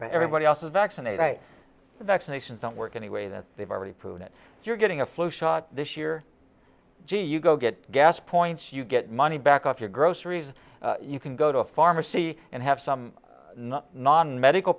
but everybody else is vaccinated eight vaccinations don't work any way that they've already proved that you're getting a flu shot this year gee you go get gas points you get money back off your groceries you can go to a pharmacy and have some not non medical